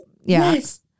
yes